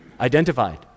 identified